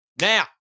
Now